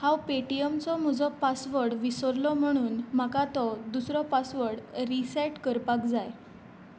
हांव पे टी एमचो म्हजो पासवर्ड विसरलो म्हणून म्हाका तो दुसरो पासवर्ड रिसॅट करपाक जाय